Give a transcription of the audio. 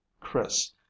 Chris